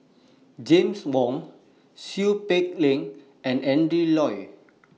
James Wong Seow Peck Leng and Adrin Loi